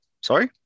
Sorry